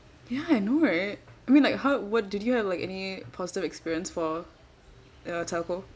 ya I know right I mean like how what did you have like any positive experience for uh telco